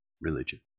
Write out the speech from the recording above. religion